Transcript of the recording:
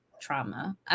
trauma